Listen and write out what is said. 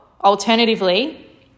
alternatively